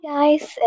Guys